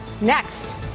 next